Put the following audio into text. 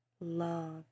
love